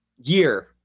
year